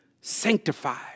sanctified